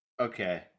Okay